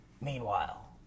meanwhile